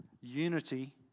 unity